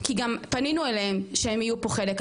כי גם פנינו אליהם, שהם יהיו פה חלק.